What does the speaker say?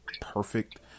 perfect